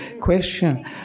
question